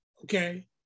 Okay